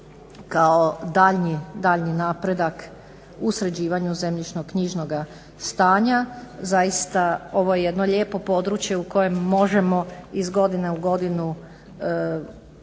kao daljnji napredak u sređivanju zemljišno-knjižnoga stanja. Zaista ovo je jedno lijepo područje u kojem možemo iz godine u godinu